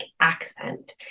accent